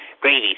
Gravy